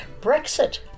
Brexit